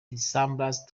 resemblance